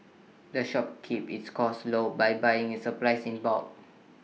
the shop keeps its costs low by buying its supplies in bulk